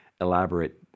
elaborate